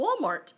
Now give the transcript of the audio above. Walmart